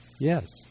Yes